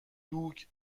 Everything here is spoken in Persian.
دوگ